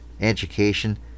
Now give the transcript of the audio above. education